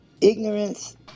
ignorance